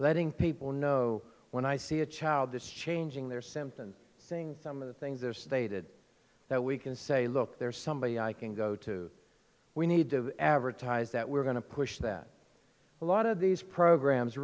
letting people know when i see a child that's changing their symptoms things some of the things they're stated that we can say look there's somebody i can go to we need to advertise that we're going to push that a lot of these programs